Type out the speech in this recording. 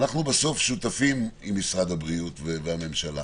בסוף אנחנו שותפים עם משרד הבריאות והממשלה.